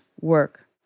work